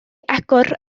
agor